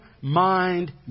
mind